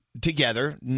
together